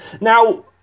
Now